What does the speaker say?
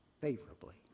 favorably